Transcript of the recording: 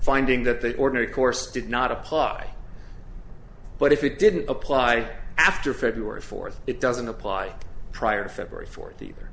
finding that the ordinary course did not apply but if it didn't apply after february fourth it doesn't apply prior to february fourth either